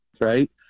right